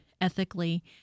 ethically